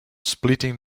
splitting